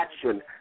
action